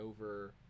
over